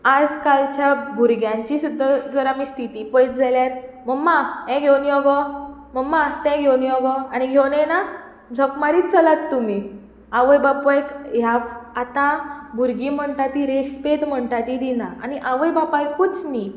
आयज काल भुरग्यांची सुद्दां जर आमी स्थिती पळयत जाल्यार मम्मा हें घेवन यो गो मम्मा तें घेवन यो गो घेवन येना झक मारीत चलात तुमी आवय बापायक ह्या आतां भुरगीं म्हणटा तीं रेस्पेद म्हणटा तीं दिनात आनी आवय बापायकूच न्ही